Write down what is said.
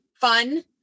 fun